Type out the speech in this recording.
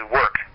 work